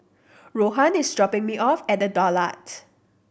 Rohan is dropping me off at The Daulat